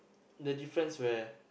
the difference where